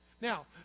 Now